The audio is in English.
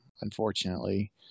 unfortunately